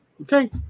Okay